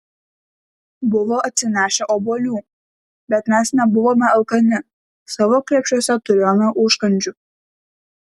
buvo atsinešę obuolių bet mes nebuvome alkani savo krepšiuose turėjome užkandžių